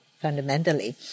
Fundamentally